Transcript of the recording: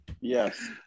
yes